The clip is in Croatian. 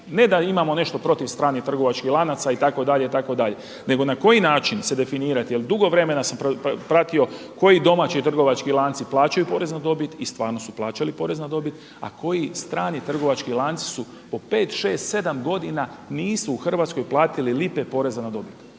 Ne da imao nešto protiv stranih trgovačkih lanaca itd. itd. nego na koji način se definirati, jer dugo vremena sam pratio koji domaći trgovački lanci plaćaju porez na dobit i stvarno su plaćali porez na dobit a koji strani trgovački lanci su po 5, 6, 7 godina nisu u Hrvatskoj platili lipe poreza na dobit,